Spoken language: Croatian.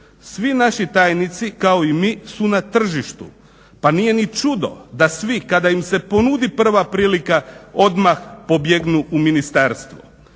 Svi naši tajnici kao i mi su na tržištu pa nije ni čudo da svi kada im se ponudi prva prilika odmah pobjegnu u ministarstvo.